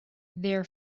their